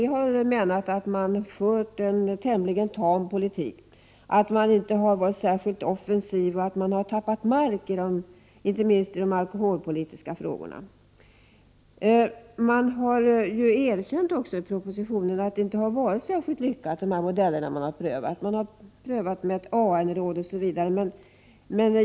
Vi har menat att det varit en tämligen tam politik, att man inte har varit särskilt offensiv och att man har tappat mark inte minst på det alkoholpolitiska området. Man har ju också i propositionen erkänt att de modeller som man har prövat, t.ex. AN-rådet, inte har varit särskilt lyckade.